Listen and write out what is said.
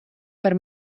par